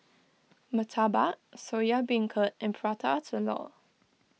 Murtabak Soya Beancurd and Prata Telur